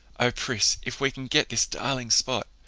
oh, pris, if we can get this darling spot!